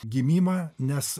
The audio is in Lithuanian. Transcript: gimimą nes